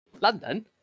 London